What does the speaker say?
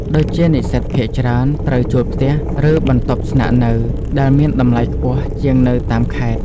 ដូចជានិស្សិតភាគច្រើនត្រូវជួលផ្ទះ ឬបន្ទប់ស្នាក់នៅ ដែលមានតម្លៃខ្ពស់ជាងនៅតាមខេត្ត។